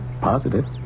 Positive